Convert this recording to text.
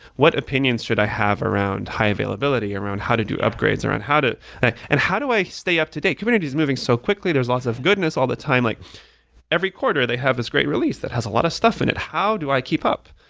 what opinion should i have around high-availability, around how to do upgrades, around how to and how do i stay up to date? kubernetes is moving so quickly. there's lots of goodness all the time. like every quarter they have this great release that has a lot of stuff in it. how do i keep up?